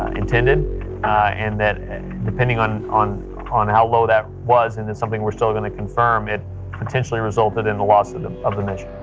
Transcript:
intended and that depending on on how low that was and and, something we're still going to confirm, it potentially resulted in the loss and of the mission.